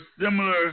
similar